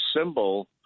symbol